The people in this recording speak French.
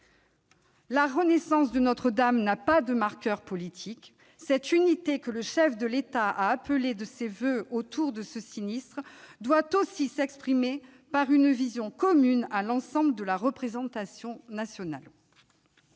La renaissance de Notre-Dame n'a pas de marqueur politique. L'unité que le chef de l'État a appelée de ses voeux à la suite de ce sinistre doit aussi se traduire par une vision commune à l'ensemble de la représentation nationale.